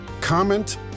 comment